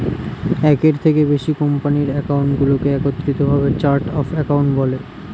একের থেকে বেশি কোম্পানির অ্যাকাউন্টগুলোকে একত্রিত ভাবে চার্ট অফ অ্যাকাউন্ট বলে